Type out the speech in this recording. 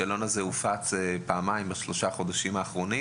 השאלון הזה הופץ פעמיים בשלושת החודשים האחרונים